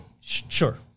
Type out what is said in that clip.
Sure